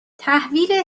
تحویل